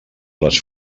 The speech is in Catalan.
las